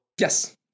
yes